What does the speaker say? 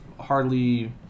hardly